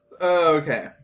Okay